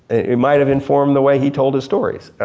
it might've informed the way he told his stories.